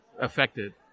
affected